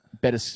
better